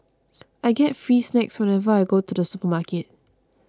I get free snacks whenever I go to the supermarket